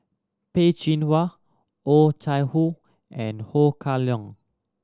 Peh Chin Hua Oh Chai Hoo and Ho Kah Leong